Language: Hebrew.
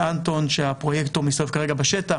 אנטון הפרויקטור מסתובב כרגע בשטח.